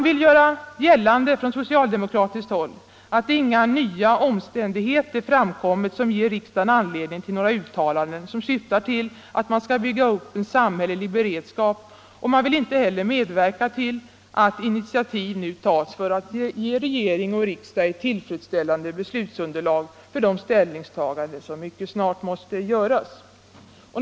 Det görs gällande från socialdemokratiskt håll att inga nya omständigheter framkommit som ger riksdagen anledning till några uttalanden syftande till att man skall bygga upp en samhällelig beredskap. Man ' vill inte heller medverka till att initiativ nu tas för att ge regering och riksdag ett tillfredsställande beslutsunderlag för de ställningstaganden som mycket snart måste göras.